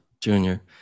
Junior